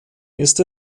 ist